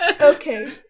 Okay